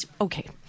okay